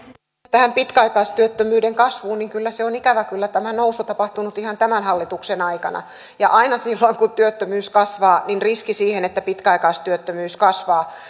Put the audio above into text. tähän pitkäaikaistyöttömyyden kasvuun niin tämä nousu on ikävä kyllä tapahtunut ihan tämän hallituksen aikana ja aina silloin kun työttömyys kasvaa niin riski siihen että pitkäaikaistyöttömyys kasvaa